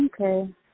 Okay